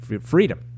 freedom